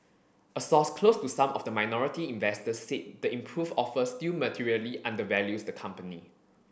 a source close to some of the minority investors said the improved offer still materially undervalues the company